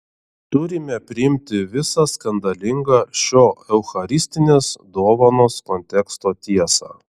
turime priimti visą skandalingą šio eucharistinės dovanos konteksto tiesą